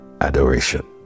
adoration